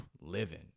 living